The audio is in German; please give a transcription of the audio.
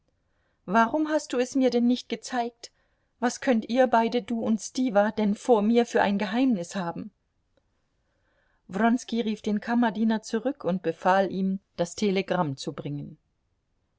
warum hast du es mir denn nicht gezeigt was könnt ihr beide du und stiwa denn vor mir für ein geheimnis haben wronski rief den kammerdiener zurück und befahl ihm das telegramm zu bringen